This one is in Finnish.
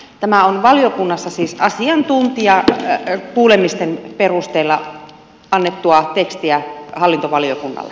tämä on valiokunnassa siis asiantuntijakuulemisten perusteella annettua tekstiä hallintovaliokunnalle